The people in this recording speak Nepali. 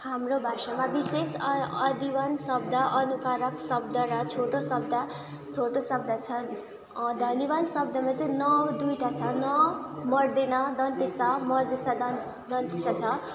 हाम्रो भाषामा विशेष अधिवन शब्द अनुकारक शब्द र छोटो शब्द छोटो शब्द छन् ध्वनिवन शब्दमा चाहिँ न दुईवटा छ न मर्दे न दन्त्य स मर्दे ष दन्त्य स छ